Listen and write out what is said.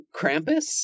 Krampus